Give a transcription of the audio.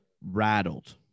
rattled